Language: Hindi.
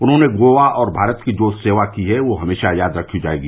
उन्होंने गोवा और भारत की जो सेवा की है वह हमेशा याद रखी जायेगी